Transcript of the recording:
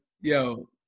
yo